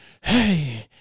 hey